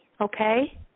okay